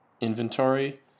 inventory